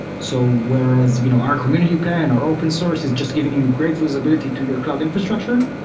so whereas you know our community plan, our open source is just giving you great visibility to your cloud infrastructure.